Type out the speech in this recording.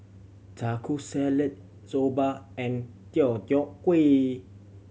Taco Salad Soba and Deodeok Gui